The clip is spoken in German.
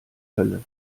hölle